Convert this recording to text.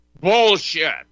Bullshit